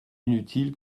inutile